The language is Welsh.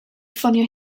ffonio